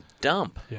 dump